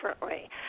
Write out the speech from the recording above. differently